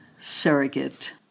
surrogate